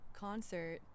concert